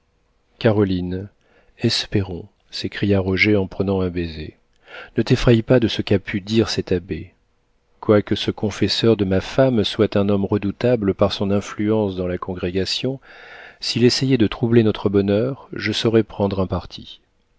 caroline espérons s'écria roger en prenant un baiser ne t'effraie pas de ce qu'a pu dire cet abbé quoique ce confesseur de ma femme soit un homme redoutable par son influence dans la congrégation s'il essayait de troubler notre bonheur je saurais prendre un parti